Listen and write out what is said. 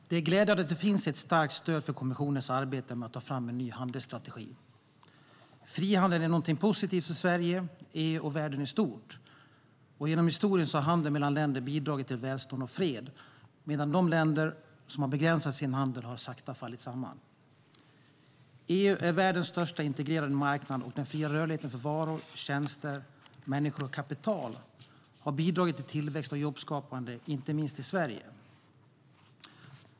Herr talman! Det är glädjande att det finns ett starkt stöd för kommissionens arbete med att ta fram en ny handelsstrategi. Frihandel är något positivt för Sverige, EU och världen i stort, och genom historien har handel mellan länder bidragit till välstånd och fred, medan de länder som har begränsat sin handel sakta har fallit samman. EU är världens största integrerade marknad, och den fria rörligheten för varor och tjänster, människor och kapital har bidragit till tillväxt och jobbskapande, inte minst i Sverige.